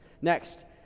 Next